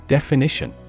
Definition